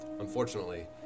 Unfortunately